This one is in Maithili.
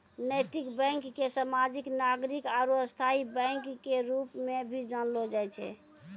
नैतिक बैंक के सामाजिक नागरिक आरू स्थायी बैंक के रूप मे भी जानलो जाय छै